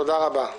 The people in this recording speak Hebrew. תודה רבה.